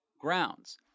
grounds